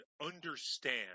understand